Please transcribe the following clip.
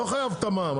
לא חייב את המע"מ,